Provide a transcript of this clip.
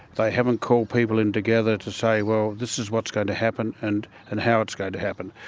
they haven't called people in together to say, well, this is what's going to happen and and how it's going to happen.